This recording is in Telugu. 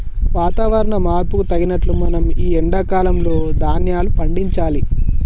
వాతవరణ మార్పుకు తగినట్లు మనం ఈ ఎండా కాలం లో ధ్యాన్యాలు పండించాలి